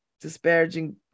disparaging